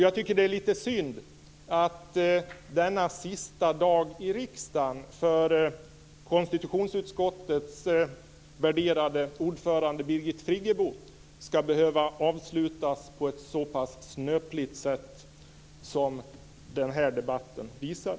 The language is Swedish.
Jag tycker att det är litet synd att den sista dagen i riksdagen för konstitutionsutskottets värderade ordförande Birgit Friggebo skall behöva avslutas på ett så pass snöpligt sätt som denna debatt visar.